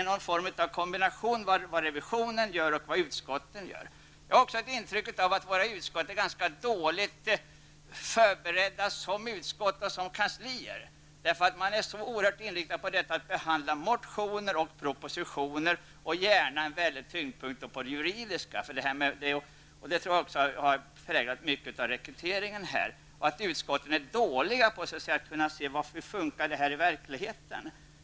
Det behövs nog en kombination av vad revisionen och utskotten gör. Sedan har jag också ett intryck av att utskotten är ganska dåligt förberedda just som utskott, som kanslier. Man är så oerhört inriktad på att behandla just motioner och propositioner, och då gärna med tyngdpunkt på det juridiska. Jag tror att det i hög grad har präglat rekryteringen. Utskotten är dåliga på att se hur saker och ting fungerar i verkligheten.